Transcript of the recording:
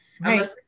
right